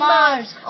Mars